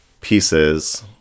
Pieces